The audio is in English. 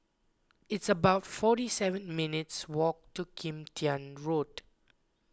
it's about forty seven minutes' walk to Kim Tian Road